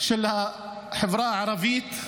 של החברה הערבית.